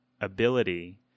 ability